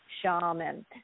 shaman